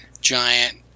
giant